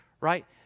Right